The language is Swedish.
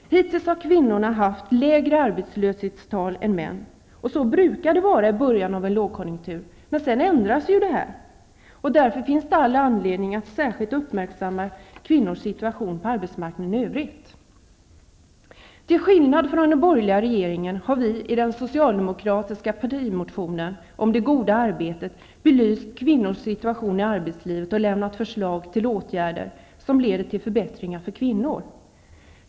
Hittills har kvinnorna haft lägre arbetslöshetstal än män. Så brukar det vara i början av en lågkonjunktur, men sedan ändras ju situationen. Därför finns det all anledning att uppmärksamma kvinnors situation på arbetsmarknaden i övrigt. Till skillnad från den borgerliga regeringen har vi i den socialdemokratiska partimotionen om ''det goda arbetet'' belyst kvinnors situation i arbetslivet och lämnat förslag till åtgärder, som leder till förbättringar för kvinnor.